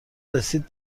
رسید